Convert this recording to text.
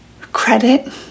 credit